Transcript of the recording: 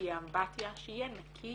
שתהיה אמבטיה, שיהיה נקי.